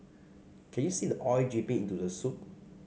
can you see the oil dripping into the soup